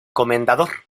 comendador